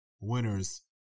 winners